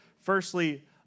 firstly